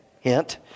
hint